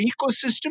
ecosystem